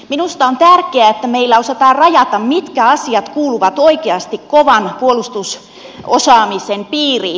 minusta on tärkeää että meillä osataan rajata mitkä asiat kuuluvat oikeasti kovan puolustusosaamisen piiriin